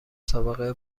سابقه